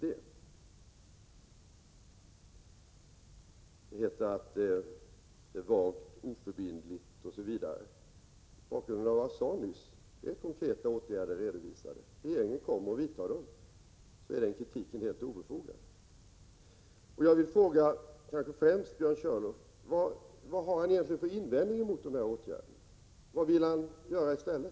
Det heter att detär vagt, oförbindligt, osv. Mot bakgrund av vad jag nyss sade — konkreta åtgärder har redovisats, och regeringen kommer att vidta dem — är den kritiken helt obefogad. Jag vill fråga kanske främst Björn Körlof vad han egentligen har för invändning mot de här åtgärderna. Vad vill Björn Körlof göra i stället?